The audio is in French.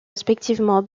respectivement